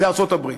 זו ארצות-הברית.